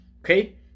okay